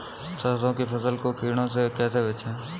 सरसों की फसल को कीड़ों से कैसे बचाएँ?